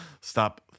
Stop